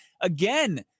again